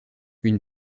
une